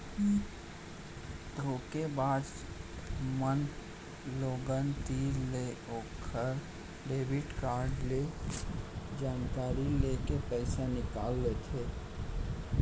धोखेबाज बाज मन लोगन तीर ले ओकर डेबिट कारड ले जानकारी लेके पइसा निकाल लेथें